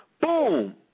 Boom